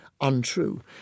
untrue